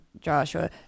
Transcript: Joshua